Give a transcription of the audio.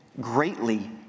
greatly